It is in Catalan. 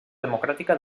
democràtica